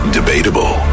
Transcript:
Debatable